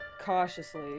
cautiously